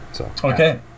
Okay